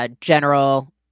General